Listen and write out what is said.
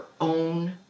own